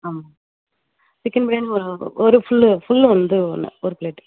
ஆமாம் சிக்கன் பிரியாணி ஒரு ஒரு ஃபுல்லு ஃபுல்லு வந்து ஒன்று ஒரு பிளேட்டு